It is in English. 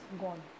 gone